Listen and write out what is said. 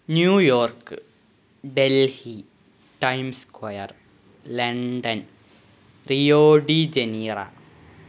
New York Delhi Time Square London Rio de Janeiro